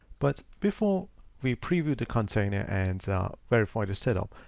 but before we preview the container and verify the setup,